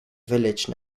village